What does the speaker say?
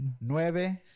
Nueve